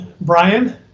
Brian